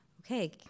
Okay